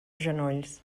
genolls